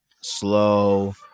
slow